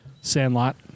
Sandlot